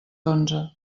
onze